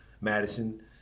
Madison